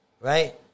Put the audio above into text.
right